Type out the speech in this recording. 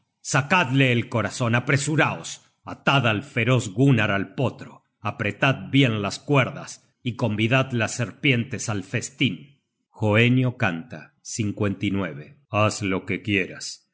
sacadle el corazon apresuraos atad al feroz gunnar al potro apretad bien las cuerdas y convidad las serpientes al festin hoenio canta haz lo que quieras